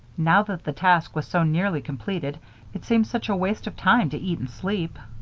now that the task was so nearly completed it seemed such a waste of time to eat and sleep.